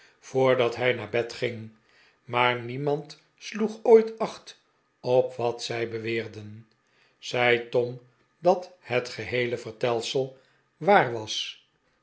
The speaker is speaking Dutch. voordat hij naar bed ging maar niemand sioeg ooit acht op wat zij beweerden zei tom dat het geheele vertelsel waar was